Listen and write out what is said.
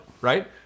Right